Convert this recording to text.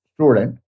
student